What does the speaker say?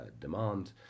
demand